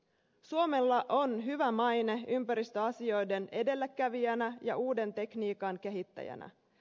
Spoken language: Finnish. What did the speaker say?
suomella on hyvä maine ympäristöasioiden edelläkävijänä ja uuden tekniikan kehittäjänä